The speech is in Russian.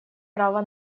право